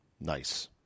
Nice